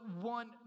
one